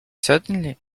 certainly